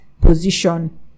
position